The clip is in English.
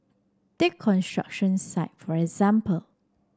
take construction site for example